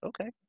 okay